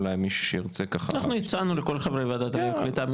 אולי מישהו שירצה ככה --- אנחנו הצענו לכל חברי וועדת הקליטה,